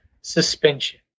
suspension